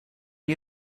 you